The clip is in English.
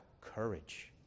courage